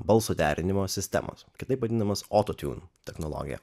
balso derinimo sistemos kitaip vadinamas autotune technologija